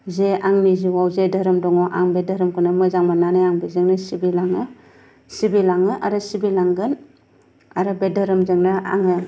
जे आंनि जिउआव जे धोरोम दङ आं बे धोरोमखौनो मोजां मोननानै आं बेजोंनो सिबिलाङो सिबिलाङो आरो सिबिलांगोन आरो बे धोरोम जोंनो आङो